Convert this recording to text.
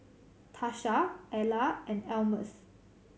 Tasha Ella and Almus